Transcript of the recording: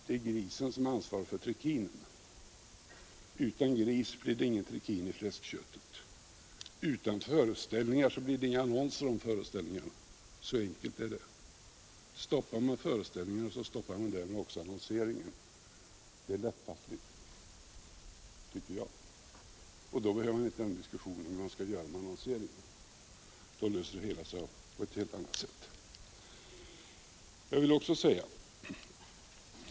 Det är grisen som har ansvaret för trikinen. Utan föreställningar blir det inga annonser om föreställningar — så enkelt är det. Stoppar man föreställningarna, stoppar man därmed också annonseringen. Det är lättfattligt, tycker jag. Och då behövs inte diskussionen om hur man skall göra med annonseringen, då löser sig det hela på helt annat sätt.